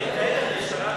לשנת